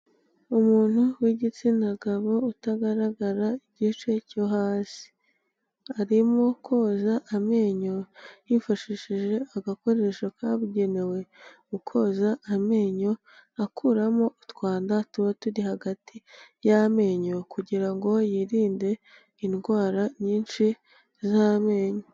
Umuntu w'igitsina gabo utagaragara igice cyo hasi; arimo koza amenyo, yifashishije agakoresho kabugenewe, mu koza amenyo akuramo utwanda tuba turi hagati y'amenyo, kugira ngo yirinde indwara nyinshi z'amenyo.